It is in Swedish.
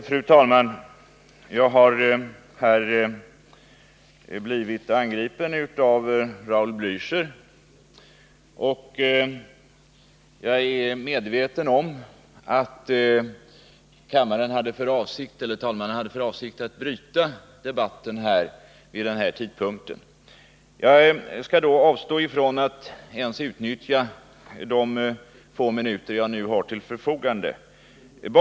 Fru talman! Jag har här blivit angripen av Raul Blächer. Då jag är medveten om att talmannen hade för avsikt att bryta debatten vid den här tidpunkten, skall jag avstå från att ens utnyttja de få minuter som jag nu har till förfogande.